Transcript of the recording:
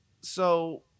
So-